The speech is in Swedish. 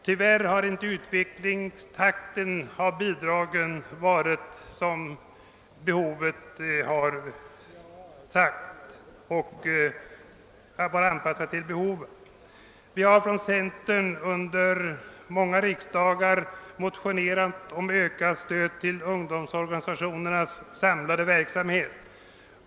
Tyvärr har inte utvecklingstakten när det gäller bidragen anpassats till behoven. Vi har från centern under många år motionerat om ökat stöd till ungdomsorganisa tionernas samlade verksamhet.